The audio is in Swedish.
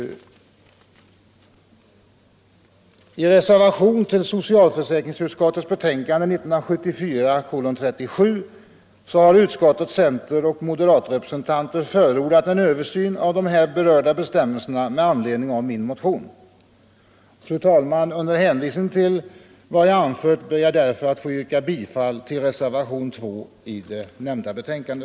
I reservationen 2 till socialförsäkringsutskottets betänkande nr 37 har utskottets centeroch moderatledamöter med anledning av min motion förordat en översyn av här berörda bestämmelser. Med hänvisning till vad jag här anfört ber jag därför, fru talman, att få yrka bifall till reservationen 2 i nämnda betänkande.